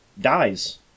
dies